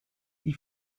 die